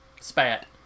spat